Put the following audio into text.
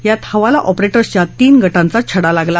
यात हवाला ऑपरेटर्सच्या तीन गटांचा छडा लागला